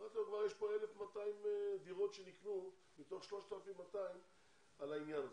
אמרתי לו: יש פה כבר 1,200 דירות שנקנו מתוך 3,200 על העניין הזה.